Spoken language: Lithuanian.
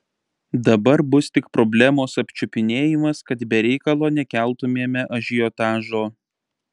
dabar bus tik problemos apčiupinėjimas kad be reikalo nekeltumėme ažiotažo